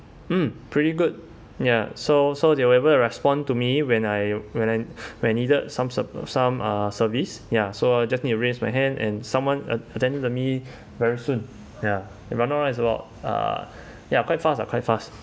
mm pretty good ya so so they were able to respond to me when I when I when needed some sort some uh service ya so just need to raise my hand and someone a~ attended to me very soon ya if not wrong is about uh ya quite fast uh quite fast